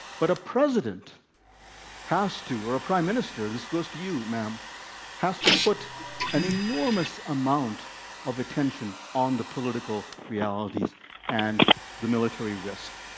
but a president has to or a prime minister this goes to you, ma'am has to put an enormous amount of attention on the political realities and the military risk.